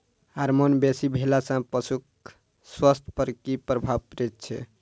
Hormone बेसी भेला सॅ पशुक स्वास्थ्य पर की प्रभाव पड़ैत छै?